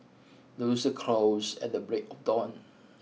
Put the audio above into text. the rooster crows at the break of dawn